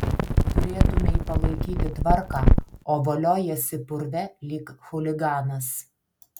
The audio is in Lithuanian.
turėtumei palaikyti tvarką o voliojiesi purve lyg chuliganas